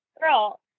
girl